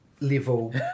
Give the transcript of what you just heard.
level